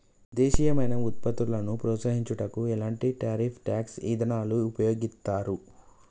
దేశీయమైన వృత్పత్తులను ప్రోత్సహించుటకు ఎలాంటి టారిఫ్ ట్యాక్స్ ఇదానాలు ఉపయోగిత్తారు